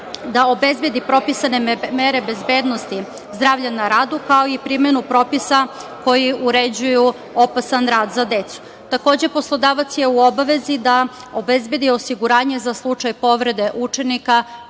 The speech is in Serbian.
da obezbedi propisane mere bezbednosti, zdravlje na radu, kao i primenu propisa koji uređuju opasan rad za decu. Takođe, poslodavac je u obavezi da obezbedi osiguranje za slučaj povrede učenika